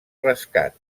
rescat